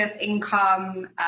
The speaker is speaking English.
income